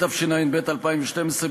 התשע"ב 2012,